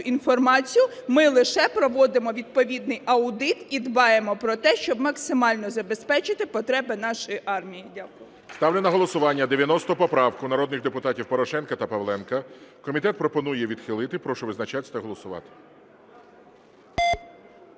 інформацію. Ми лише проводимо відповідний аудит і дбаємо про те, щоб максимально забезпечити потреби нашої армії. Дякую. ГОЛОВУЮЧИЙ. Ставлю на голосування 90 поправку народних депутатів Порошенка та Павленка. Комітет пропонує відхилити. Прошу визначатися та голосувати.